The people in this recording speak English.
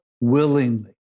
willingly